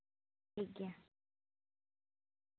ᱴᱷᱤᱠ ᱜᱮᱭᱟ